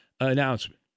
announcement